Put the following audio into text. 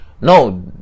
No